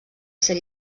ser